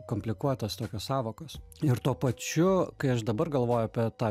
komplikuotos tokios sąvokos ir tuo pačiu kai aš dabar galvoju apie tą